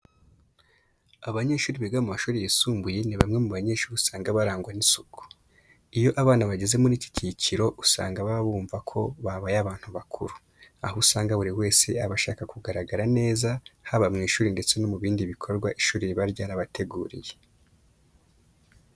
Abanyeshuri biga mu mashuri yisumbuye ni bamwe mu banyeshuri usanga barangwa n'isuku. Iyo abana bageze muri iki cyiciro, usanga baba bumva ko babaye abantu bakuru, aho usanga buri wese aba ashaka kugaragara neza haba mu ishuri ndetse no mu bindi bikorwa ishuri riba ryarabateguriye.